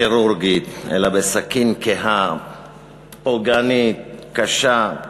כירורגית, אלא בסכין קהה, פוגענית, קשה,